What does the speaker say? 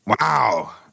Wow